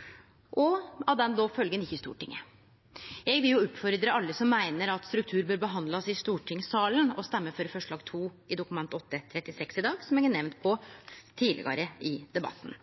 bør behandlast i stortingssalen, til å stemme for forslag nr. 2 i Dokument 8:36 i dag, som eg har nemnt tidlegare i debatten.